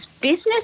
business